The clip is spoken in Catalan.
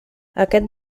aquest